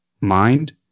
mind